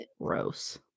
gross